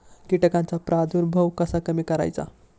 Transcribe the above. कीटकांचा प्रादुर्भाव कसा कमी करायचा?